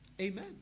Amen